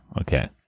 okay